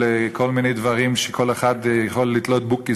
של כל מיני דברים שכל אחד יכול לתלות בוקי